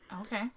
Okay